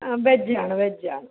ആ വെജാണ് വെജാണ്